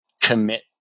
commit